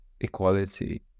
equality